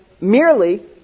merely